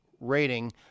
rating